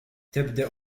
تبدأ